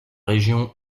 région